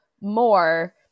more